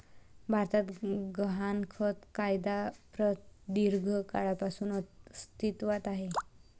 भारतात गहाणखत कायदा प्रदीर्घ काळापासून अस्तित्वात आहे